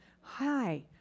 Hi